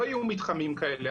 לא יהיו מתחמים כאלה,